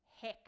heck